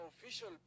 official